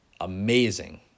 amazing